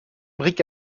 bric